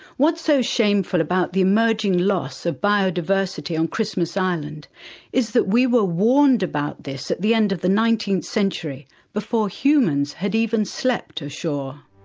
what's so shameful about the emerging loss of biodiversity on christmas island is that we were warned about this at the end of the nineteenth nineteenth century before humans had even slept ashore.